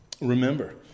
remember